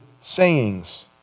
sayings